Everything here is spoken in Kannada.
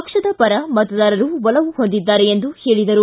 ಪಕ್ಷದ ಪರ ಮತದಾರರು ಒಲವು ಹೊಂದಿದ್ದಾರೆ ಎಂದು ಹೇಳಿದರು